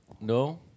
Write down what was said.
No